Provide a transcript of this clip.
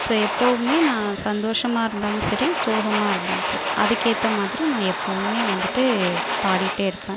so எப்பவுமே நான் சந்தோஷமாக இருந்தாலும் சரி சோகமாக இருந்தாலும் சரி அதுக்கேற்ற மாதிரி நான் எப்போவுமே வந்துட்டு பாடிகிட்டே இருப்பேன்